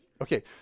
Okay